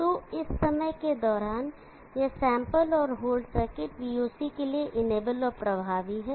तो इस समय के दौरान यह सैंपल औरहोल्ड सर्किट voc के लिए इनेबल और प्रभावी है